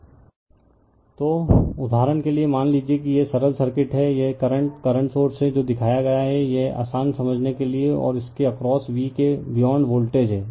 refer slide time 3242 तो उदहारण के लिए मान लीजिए कि यह सरल सर्किट है यह करंट करंट सोर्स है जो दिखाया गया है कि यह आसान समझने के लिए है और इसके अक्रॉस v के बियॉन्ड वोल्टेज है